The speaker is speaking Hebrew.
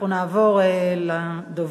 אנחנו נעבור לדוברים.